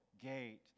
gate